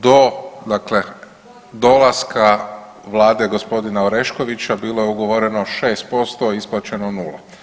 Do, dakle, dolaska Vlade gospodina Oreškovića bilo je ugovoreno 6%, a isplaćeno nula.